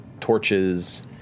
torches